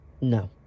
no